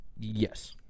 Yes